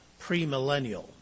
premillennial